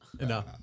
no